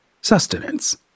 Sustenance